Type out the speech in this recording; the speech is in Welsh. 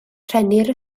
rhennir